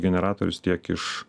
generatorius tiek iš